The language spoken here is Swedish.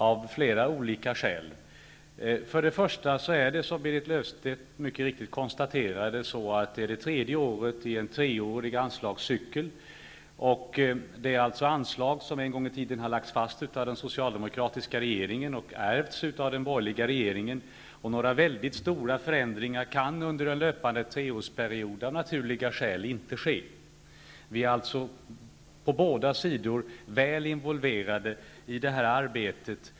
Som Berit Löfstedt mycket riktigt konstaterade är det nu det tredje året i en treårig anslagscykel. Det är alltså anslag som en gång i tiden har lagts fast av den socialdemokratiska regeringen och nu ärvts av den borgerliga regeringen. Några väldigt stora förändringar kan det under en löpande treårsperiod av naturliga skäl inte bli. Vi är alltså på båda sidor väl involverade i arbetet.